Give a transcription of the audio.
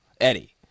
Eddie